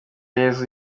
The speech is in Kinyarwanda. yezu